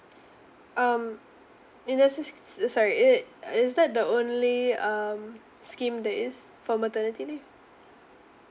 um and that's it s~ uh sorry it uh is that the only um scheme there is for maternity leave